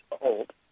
old